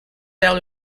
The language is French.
vers